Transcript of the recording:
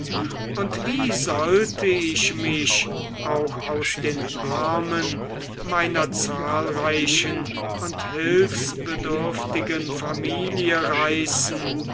und wie sollte ich mich auch aus den armen meiner zahlreichen und hilfsbedürftigen familie reißen